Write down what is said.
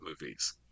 movies